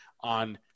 on